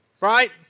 right